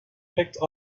picked